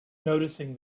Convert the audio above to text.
noticing